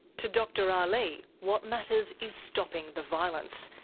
to dr ah aly, what matters is stopping the violence,